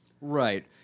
Right